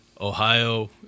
Ohio